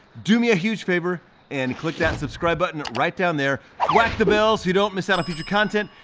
do me a huge favor and click that subscribe button right down there. whack the bell so you don't miss out on future content.